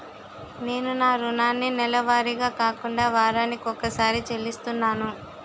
నేను నా రుణాన్ని నెలవారీగా కాకుండా వారాని కొక్కసారి చెల్లిస్తున్నాను